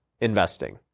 investing